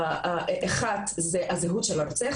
כשאחת זה הזהות של הרוצח,